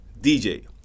DJ